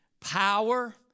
power